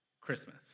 Christmas